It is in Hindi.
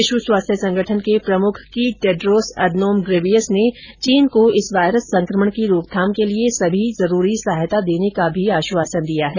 विश्व स्वास्थ्य संगठन के प्रमुख की टेड्रोस अदनोम गैब्रियस ने चीन को इस वायरस संकमण की रोकथाम के लिए सभी जरूरी सहायता देने का भी आश्वासन दिया है